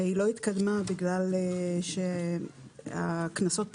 היא לא התקדמה בגלל שהכנסות פוזרו.